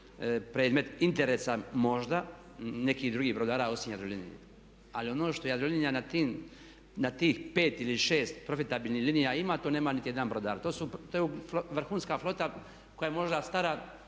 predmet interesa možda nekih drugih brodara osim Jadrolinije. Ali ono što Jadrolinija na tih 5 ili 6 profitabilnih linija ima to nema niti jedan brodar. To je vrhunska flota koja je možda stara